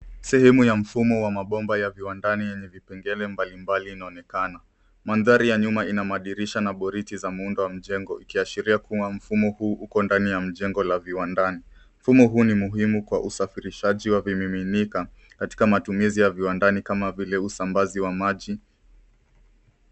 Sehemu ya mfumo wa mabomba ya viwandani yenye vipengele mbalimbali inaonekana. Mandhari ya nyuma ina madirisha na boriti za muundo wa mjengo ikiashiria kuwa mfumo huu uko ndari ya mjengo la viwandani. Mfumo huu ni muhimu kwa usafirishaji wa vimiminika katika matumizi ya viwandani kama vile usambazi wa maji.